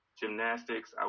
gymnastics